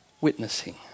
witnessing